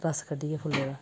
रस कड्ढियै फुल्ले दा